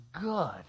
good